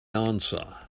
answer